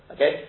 Okay